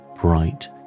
bright